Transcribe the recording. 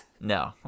no